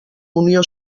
unió